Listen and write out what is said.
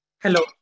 Hello